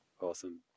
Awesome